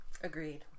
agreed